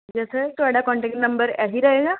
ਜੀ sir contact number ਇਹੀ ਰਹੇਗਾ